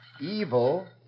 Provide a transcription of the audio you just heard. Evil